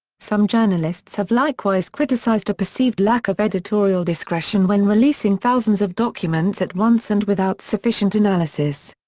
some journalists have likewise criticised a perceived lack of editorial discretion when releasing thousands of documents at once and without sufficient analysis.